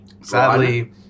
Sadly